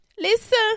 Listen